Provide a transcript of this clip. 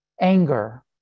anger